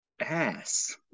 ass